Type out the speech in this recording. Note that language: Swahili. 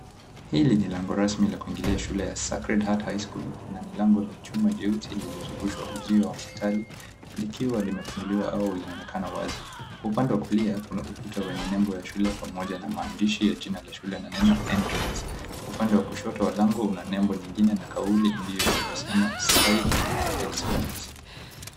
Hili ni lango rasmi la kuingilia shule ya 'Sacred Heart High School', na ni lango la chuma jeusi lilizozungushwa uzio wa metali, likiwa limefunguliwa, au linaonekana wazi. Kwa upande wa kulia, kuna ukuta wenye nembo ya shule, pamoja na maandishi ya jina la shule na neno entrance . Upande wa kushoto wa lango, kuna nembo nyingine na kauli mbiu inayosema 'strive for excellence'.